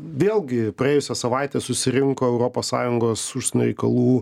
vėlgi praėjusią savaitę susirinko europos sąjungos užsienio reikalų